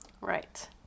Right